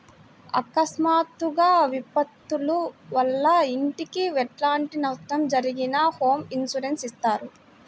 అకస్మాత్తుగా విపత్తుల వల్ల ఇంటికి ఎలాంటి నష్టం జరిగినా హోమ్ ఇన్సూరెన్స్ ఇత్తారు